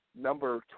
number